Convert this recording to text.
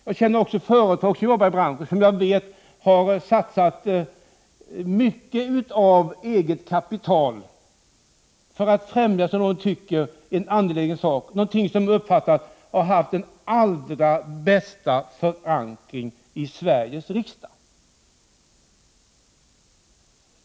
Jag känner också företag som jobbar i branschen och som jag vet har satsat mycket eget kapital för att främja en som de tycker angelägen sak, något som de uppfattar har haft allra bästa förankring i Sveriges riksdag.